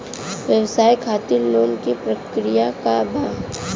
व्यवसाय खातीर लोन के प्रक्रिया का बा?